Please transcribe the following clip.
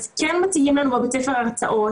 אז כן מציעים לנו בבית הספר הרצאות,